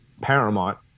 Paramount